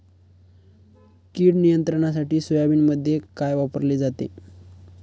कीड नियंत्रणासाठी सोयाबीनमध्ये काय वापरले जाते?